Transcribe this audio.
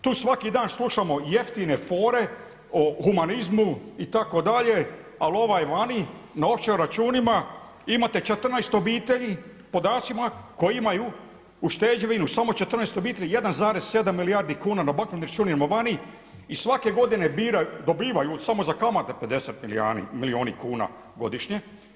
Tu svaki dan slušamo jeftine fore o humanizmu itd. ali ovaj vani, … imate 14 obitelji podacima koji imaju ušteđevinu samo 14 obitelji 1,7 milijardi kuna na bankovni račun imamo vani i svake godine dobivaju samo za kamate 50 milijuni kuna godišnje.